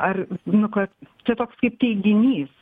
ar nu kad čia toks kaip teiginys